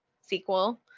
sequel